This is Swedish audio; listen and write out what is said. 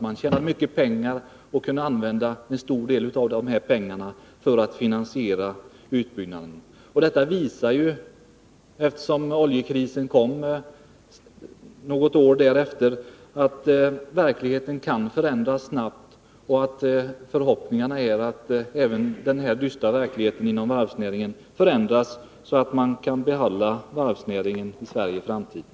Man tjänade mycket pengar, och en betydande del av dessa kunde användas för att finansiera utbyggnaden. Det faktum att oljekrisen kom något år därefter visar att verkligheten kan förändras snabbt. Förhoppningarna är att även nuvarande dystra verklighet inom varvsnäringen skall förändras, så att vi kan behålla varvsnäringen i Sverige i framtiden.